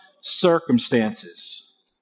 circumstances